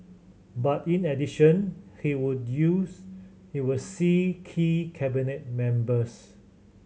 but in addition he would use he would see key Cabinet members